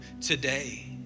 today